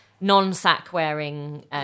non-sack-wearing